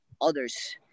others